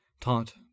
taught